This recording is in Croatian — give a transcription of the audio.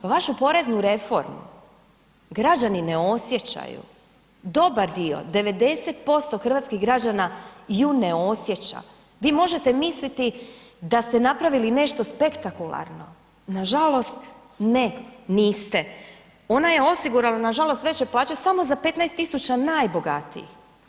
Vašu poreznu reformu građani ne osjećaju, dobar dio 90% hrvatskih građana ju ne osjeća, vi možete misliti da ste napravili nešto spektakularno, nažalost ne niste, ona je osigurala nažalost veće plaće samo za 15.000 najbogatijih.